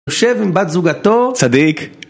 יושב עם בת זוגתו, צדיק!